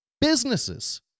Businesses